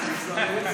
אתה יודע,